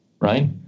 right